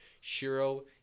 Shiro